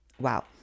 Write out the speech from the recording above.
wow